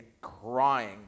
crying